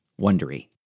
Wondery